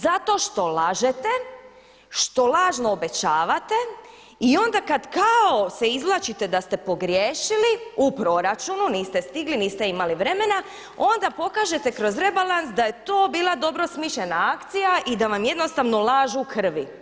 Zato što lažete, što lažno obećavate i onda kad kao se izvlačite da ste pogriješili u proračunu, niste stigli, niste imali vremena onda pokažete kroz rebalans da je to bila dobro smišljena akcija i da vam je jednostavno lažu u krvi.